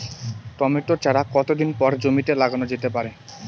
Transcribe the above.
Tomato চারা কতো দিন পরে জমিতে লাগানো যেতে পারে?